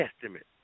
Testament